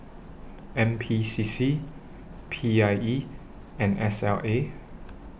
N P C C P I E and S L A